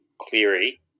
Cleary